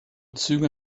züge